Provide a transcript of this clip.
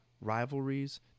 rivalries